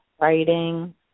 writing